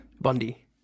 Bundy